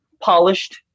polished